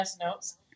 notes